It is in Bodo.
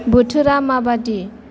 बोथोरा मा बादि